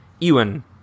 Ewan